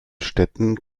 städten